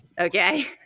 Okay